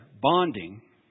bonding